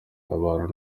abantu